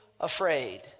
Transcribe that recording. afraid